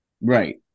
right